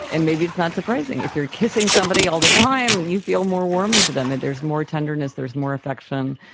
and maybe it's not surprising, if you are kissing somebody all the time, you feel more warmly to them, and there's more tenderness, there's more affection.